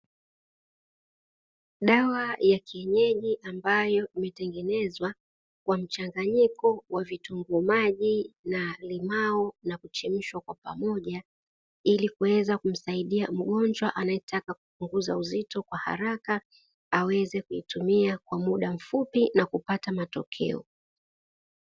Dawa ya kienyeji ambayo imetengenezwa kwa mchanganyiko wa vitunguu maji na limao na kuchemshwa kwa pamoja, ili kuweza kumsaidia mgonjwa anayetaka kupunguza uzito kwa haraka, aweze kuitumia kwa muda mfupi na kupata matokeo.